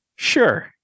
Sure